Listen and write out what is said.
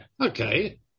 okay